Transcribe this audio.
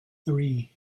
three